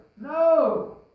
No